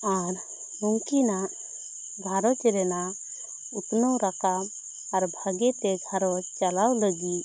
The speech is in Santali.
ᱟᱨ ᱱᱩᱠᱤᱱᱟᱜ ᱜᱷᱟᱨᱚᱸᱡᱽ ᱨᱮᱱᱟᱜ ᱩᱛᱱᱟᱹᱣ ᱨᱟᱠᱟᱵ ᱟᱨ ᱵᱷᱟᱹᱜᱤ ᱛᱮ ᱜᱷᱟᱨᱚᱸᱡᱽ ᱪᱟᱞᱟᱣ ᱞᱟᱹᱜᱤᱫ